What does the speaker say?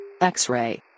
X-Ray